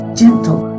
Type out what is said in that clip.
gentle